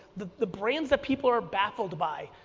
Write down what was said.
the the brands that people are baffled by,